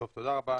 תודה רבה